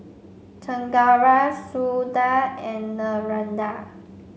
Chengara Suda and Narendra